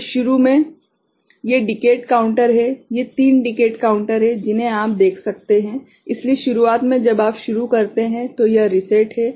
तो शुरू में ये डिकेड काउंटर हैं ये तीन 3 डिकेड काउंटर हैं जिन्हें आप देख सकते हैं इसलिए शुरूआत में जब आप शुरू करते हैं तो यह रीसेट है